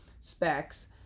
specs